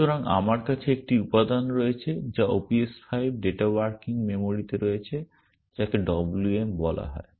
সুতরাং আমার কাছে একটি উপাদান রয়েছে যা OPS5 ডেটা ওয়ার্কিং মেমরিতে রয়েছে যাকে WM বলা হয়